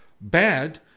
bad